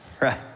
Right